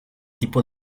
tipo